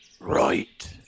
Right